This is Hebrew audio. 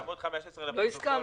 בעמוד 15 בפרוטוקול,